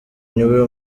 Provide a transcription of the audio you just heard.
niwe